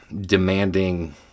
demanding